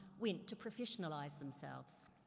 went to professionalize themselves.